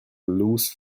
loose